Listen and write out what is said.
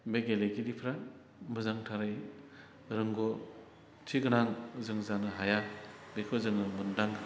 बे गेलेगिरिफोरा मोजांथारै रोंगौथि गोनां जों जानो हाया बेखौ जोङो मोनदाङो